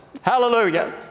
Hallelujah